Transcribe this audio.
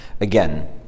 again